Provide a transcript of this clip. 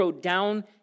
down